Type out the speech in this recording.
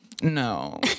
No